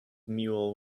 mule